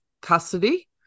custody